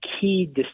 key